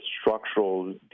structural